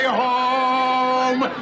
home